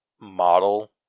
model